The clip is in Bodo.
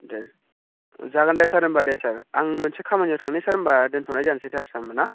दे जागोन दे सार होम्बा दे सार आं मोनसे खामानियाव थांनि सार होमबा दोन्थ'नाय जानोसै सार होमबा ना